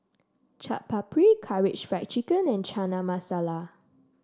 Chaat Papri Karaage Fried Chicken and Chana Masala